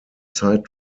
zeit